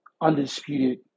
undisputed